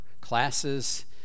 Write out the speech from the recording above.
classes